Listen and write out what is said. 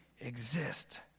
exist